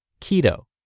keto